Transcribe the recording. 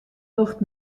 docht